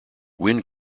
wind